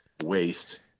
waste